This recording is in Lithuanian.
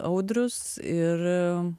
audrius ir